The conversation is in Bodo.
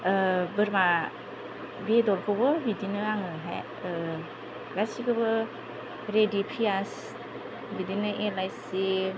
बोरमा बेदरखौबो बिदिनो आङोहाय गासिखौबो रेडि प्यास बिदिनो इलाइसि